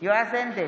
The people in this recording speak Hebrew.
יועז הנדל,